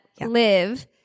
live